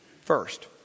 First